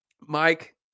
Mike